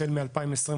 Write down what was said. החל מ-2023.